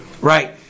Right